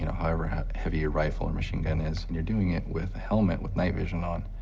however heavy your rifle and machine gun is. and you're doing it with a helmet with night vision on.